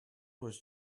was